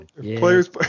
Players